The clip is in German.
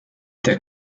der